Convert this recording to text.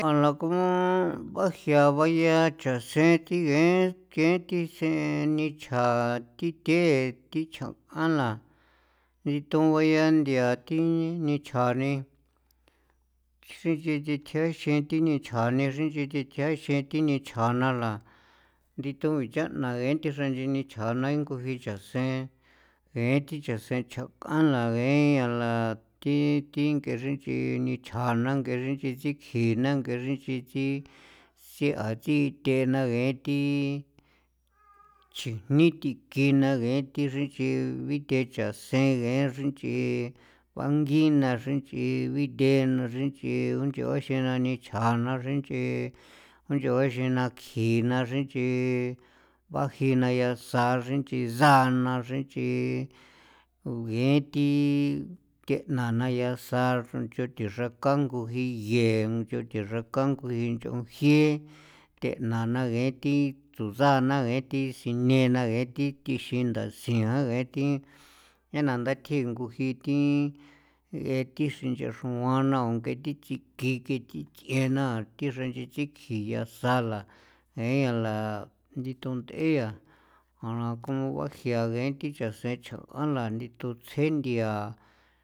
A la konmo' bajia bayaa chia see thi ngee kein thi see nichjan thi thee tichjan a la jitoan yaa nthia thi ni nichja ni nchiyinichjeexin thi nichja xre nch'i thi th'e xen xre nch'i thi th'e xen thi nichjanala nthi ton cha'na genthi xre nch'i nichja thjaana nguji chaseen ngee thi chaseen ncha' k'on na lage la thi thing'ee xra nch'i nichja na ngee xre nch'i tsi cjiina ngee xra nch'i tsi si'a thi the na gee thi chijni thiki na ngee thi xra nch'i binthe chaseen ngee xra nch'i bangi na xra nch'i bithee na xre nch'i nch'o a xena chaseen nichja na xra nch'i nch'o a xena kjina xra nch'i, baji na yasa xraa nch'i saana xra nch'i ngee thi ke'na na yasa na xratsenthoxron xrankangu jiiye tho xrokangu nguin nch'on jie thena na ngee thi tsu sana ngee thi sine na ngee thi thixin jii ndasin ngaa ngee thi thenan na thi ngu jii thi ngee thi xinchexroa na ngee thi nchikin ch'iena thi xrangikikjin yaasa' la jeiala nchinto nde'e yaa janakuaxrajia ngee thi chaseen chjaala nthin ndutsje nthia.